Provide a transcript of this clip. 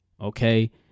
okay